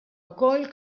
wkoll